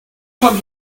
come